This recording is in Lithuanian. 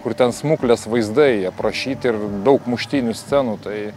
kur ten smuklės vaizdai aprašyti ir daug muštynių scenų tai